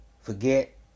forget